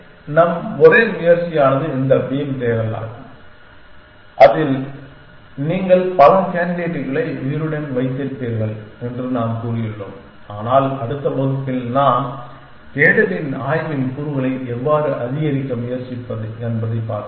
எனவே நம் ஒரே முயற்சியானது இந்த பீம் தேடலாகும் அதில் நீங்கள் பல கேண்டிடேட்களை உயிருடன் வைத்திருப்பீர்கள் என்று நாம் கூறியுள்ளோம் ஆனால் அடுத்த வகுப்பில் நாம் தேடலில் ஆய்வின் கூறுகளை எவ்வாறு அதிகரிக்க முயற்சிப்பது என்பதைப் பார்ப்போம்